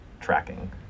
tracking